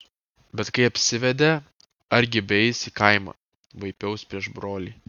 bet kai apsivedė argi beeis į kaimą vaipiaus prieš brolį